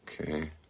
Okay